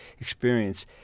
experience